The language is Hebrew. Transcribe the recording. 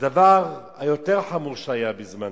הדבר היותר-חמור שהיה בזמנו,